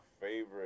favorite